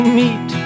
meet